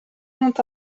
ont